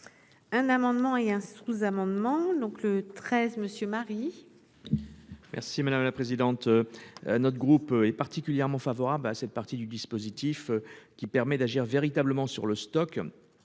Un amendement et un sous-amendement donc le 13 monsieur Marie. Merci madame la présidente. Notre groupe est particulièrement favorable à cette partie du dispositif qui permet d'agir véritablement sur le stock.